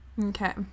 okay